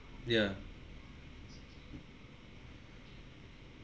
ya